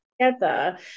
together